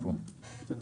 הישיבה ננעלה בשעה 14:20.